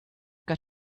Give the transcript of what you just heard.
got